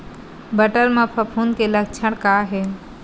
बटर म फफूंद के लक्षण का हे?